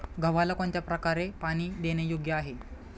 गव्हाला कोणत्या प्रकारे पाणी देणे योग्य आहे?